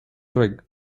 twig